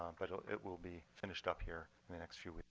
um but it will be finished up here in the next few